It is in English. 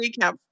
recap